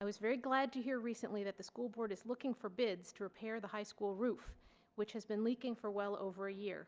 i was very glad to hear recently that the school board is looking for bids to repair the high school roof which has been leaking for well over a year